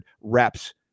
reps